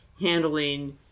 handling